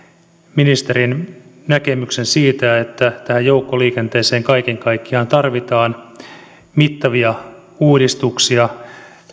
ministerin näkemyksen että tähän joukkoliikenteeseen kaiken kaikkiaan tarvitaan mittavia uudistuksia